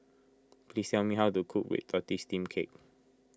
please tell me how to cook Red Tortoise Steamed Cake